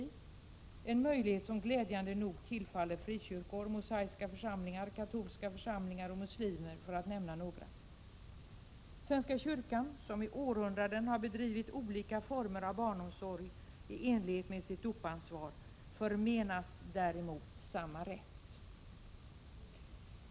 Det är en möjlighet som glädjande nog tillfaller frikyrkor, mosaiska församlingar, katolska församlingar och muslimska samfund, för att nämna några. Svenska kyrkan, som i århundraden har bedrivit olika former av barnomsorg i enlighet med sitt dopansvar, förmenas däremot samma rätt.